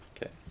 Okay